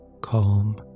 Calm